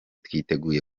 twiteguye